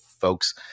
folks